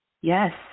Yes